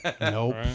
Nope